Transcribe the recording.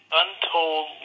untold